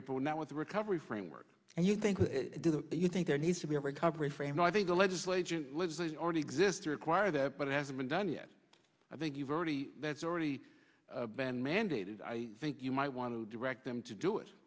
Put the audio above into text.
report now with the recovery framework and you think do you think there needs to be a recovery frame no i think the legislature lives already exist to require that but it hasn't been done yet i think you've already that's already been mandated i think you might want to direct them to do it